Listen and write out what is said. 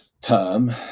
term